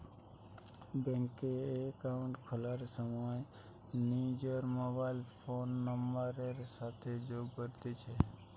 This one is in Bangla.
ব্যাঙ্ক এ একাউন্ট খোলার সময় নিজর মোবাইল ফোন নাম্বারের সাথে যোগ করতিছে